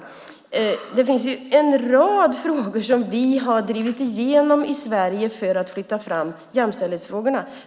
Det finns en rad frågor som vi har drivit igenom i Sverige för att flytta fram jämställdheten.